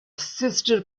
sister